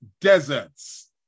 deserts